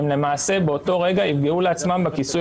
למעשה הם באותו רגע הם יפגעו לעצמם בכיסוי